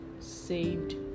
saved